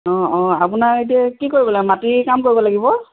অঁ অঁ আপোনাৰ এতিয়া কি কৰিব লাগ মাটিৰ কাম কৰিব লাগিব